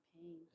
pain